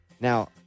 Now